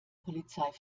polizei